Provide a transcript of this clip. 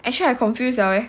actually I confused liao eh